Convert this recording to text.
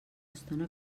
estona